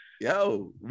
Yo